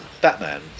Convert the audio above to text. Batman